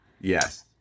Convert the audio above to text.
Yes